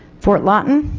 fort lawton.